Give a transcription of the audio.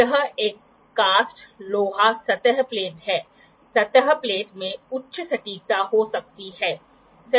तो यह एक कास्ट लोहा सतह प्लेट हैc सतह प्लेट में उच्च सटीकता हो सकती है है